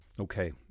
Okay